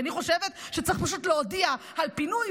כי אני חושבת שצריך פשוט להודיע על פינוי,